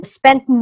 spent